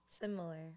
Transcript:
similar